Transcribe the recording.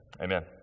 Amen